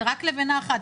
זה רק לבנה אחת,